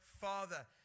Father